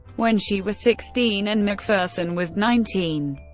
when she was sixteen and mcpherson was nineteen.